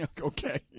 Okay